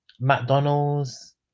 mcdonald's